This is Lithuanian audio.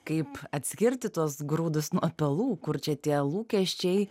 kaip atskirti tuos grūdus nuo pelų kur čia tie lūkesčiai